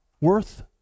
Worth